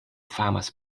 famas